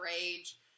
rage